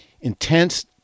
intense